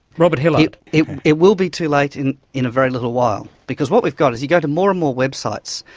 robert hilliard? it will will be too late in in a very little while, because what we've got is you go to more and more websites,